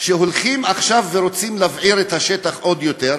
שהולכים עכשיו ורוצים להבעיר את השטח עוד יותר,